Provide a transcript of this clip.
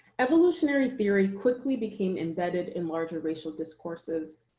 evolutionary theory quickly became embedded in larger racial discourses.